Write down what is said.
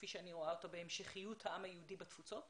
כפי שאני רואה אותה בהמשכיות העם היהודי בתפוצות.